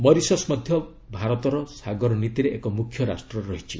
Mauritius ମଧ୍ୟ ମଧ୍ୟ ଭାରତର ସାଗର ନୀତିରେ ଏକ ମୁଖ୍ୟ ରାଷ୍ଟ୍ର ରହିଛି